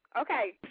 Okay